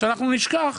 כשאנחנו נשכח